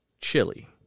chili